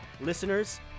Listeners